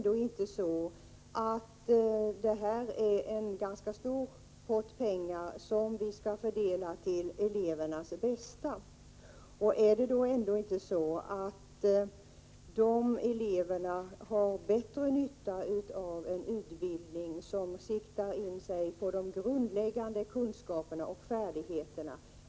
Det är en ganska stor pott pengar som skall fördelas till elevernas bästa, och skall man då inte ställa frågan: Har inte eleverna bättre nytta av en utbildning som siktar in sig på de grundläggande kunskaperna och färdigheterna?